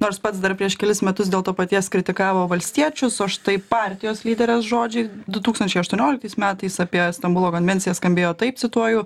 nors pats dar prieš kelis metus dėl to paties kritikavo valstiečius o štai partijos lyderio žodžiai du tūkstančiai aštuonioliktais metais apie stambulo konvenciją skambėjo taip cituoju